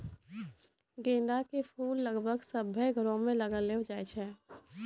गेंदा के फूल लगभग सभ्भे घरो मे लगैलो जाय छै